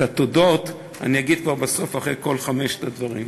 את התודות אגיד בסוף, אחרי כל חמשת הדברים.